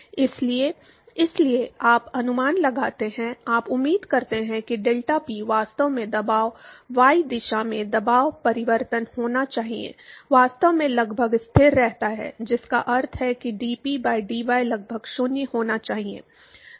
इसलिए इसलिए आप अनुमान लगाते हैं आप उम्मीद करते हैं कि डेल्टापी वास्तव में दबाव वाई दिशा में दबाव परिवर्तन होना चाहिए वास्तव में लगभग स्थिर रहता है जिसका अर्थ है कि dP by dy लगभग 0 होना चाहिए